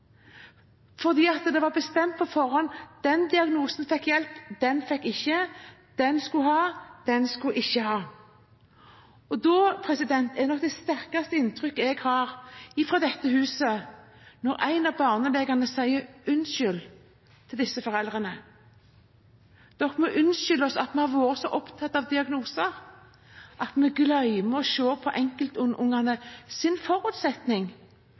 fordi det var bestemt på forhånd at den diagnosen fikk hjelp, den fikk ikke – den skulle ha, den skulle ikke ha. Og da er nok det sterkeste inntrykket jeg har fra dette huset, at en av barnelegene sa unnskyld til disse foreldrene: Dere må unnskylde oss at vi har vært så opptatt av diagnoser at vi har glemt å se på